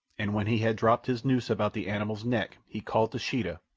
and when he had dropped his noose about the animal's neck he called to sheeta,